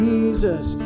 Jesus